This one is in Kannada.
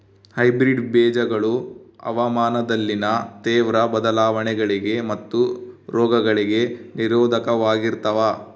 ಹೈಬ್ರಿಡ್ ಬೇಜಗಳು ಹವಾಮಾನದಲ್ಲಿನ ತೇವ್ರ ಬದಲಾವಣೆಗಳಿಗೆ ಮತ್ತು ರೋಗಗಳಿಗೆ ನಿರೋಧಕವಾಗಿರ್ತವ